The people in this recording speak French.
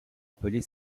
appelée